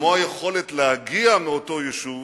כמו ביכולת להגיע מאותו יישוב